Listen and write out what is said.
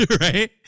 Right